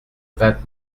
vingt